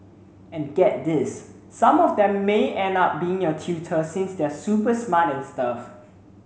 and get this some of them may end up being your tutor since they're super smart and stuff